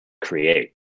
create